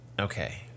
Okay